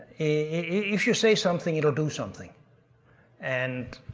if you say something, it'll do something and.